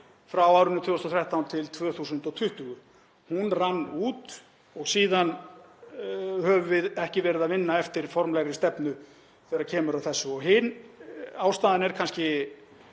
á árunum 2013–2020. Hún rann út og síðan höfum við ekki verið að vinna eftir formlegri stefnu þegar kemur að þessum málum. Hin ástæðan er sú